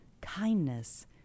kindness